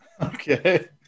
Okay